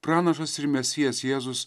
pranašas ir mesijas jėzus